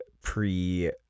pre